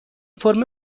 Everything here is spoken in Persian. فرم